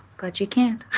but you can't